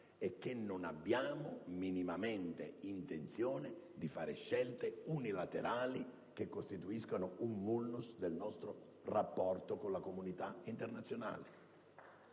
e che non abbiamo minimamente intenzione di assumere scelte unilaterali che costituiscano un *vulnus* del nostro rapporto con la comunità internazionale.